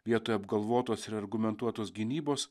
vietoj apgalvotos ir argumentuotos gynybos